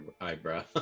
eyebrow